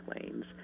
lanes